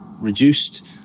reduced